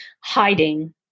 hiding